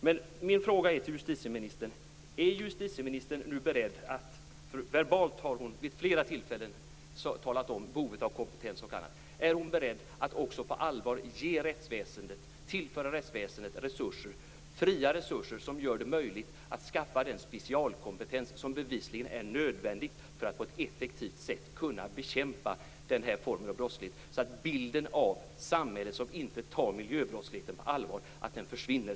Jag vill fråga justitieministern: Är justitieministern, som verbalt vid flera tillfällen har talat om behovet av kompetens, nu beredd att också på allvar tillföra rättsväsendet resurser - fria resurser som gör det möjligt att skaffa den specialkompetens som bevisligen är nödvändig för att på ett effektivt sätt kunna bekämpa den här formen av brottslighet? Är hon beredd att göra det så att bilden av samhället som inte tar miljöbrottsligheten på allvar försvinner?